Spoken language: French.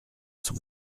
son